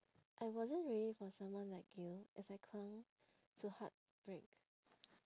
I wasn't ready for someone like you as I clung to heart break